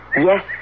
Yes